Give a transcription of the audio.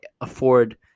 afford